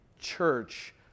church